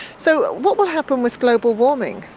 so what will happen with global warming?